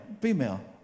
female